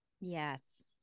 Yes